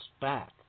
back